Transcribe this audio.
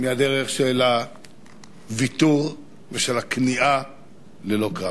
מהדרך של הוויתור ושל הכניעה ללא קרב.